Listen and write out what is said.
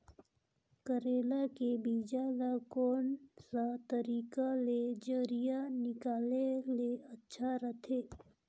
करेला के बीजा ला कोन सा तरीका ले जरिया निकाले ले अच्छा रथे?